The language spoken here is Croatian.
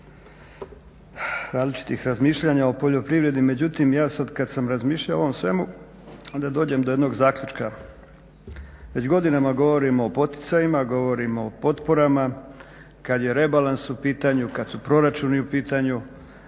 različitih razmišljanja o poljoprivredi, međutim ja sad kad sam razmišljao o ovom svemu onda dođem do jednog zaključka. Već godinama govorimo o poticajima, govorimo o potporama, kad je rebalans u pitanju, kad su proračuni u pitanju